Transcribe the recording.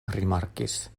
rimarkigis